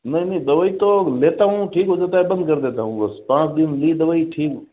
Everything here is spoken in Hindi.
नहीं नहीं दवाई तो लेता हूँ ठीक हो जाता है बंद कर देता हूँ बस पाँच दिन ली दवाई ठीक